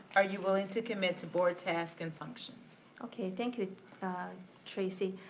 are you willing to commit to board tasks and functions. okay, thank you tracey.